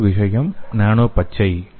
மற்றொரு விஷயம் நானோ பச்சை